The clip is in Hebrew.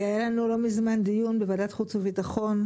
היה לנו לא מזמן דיון בוועדת חוץ וביטחון,